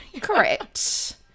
Correct